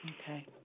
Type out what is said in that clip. Okay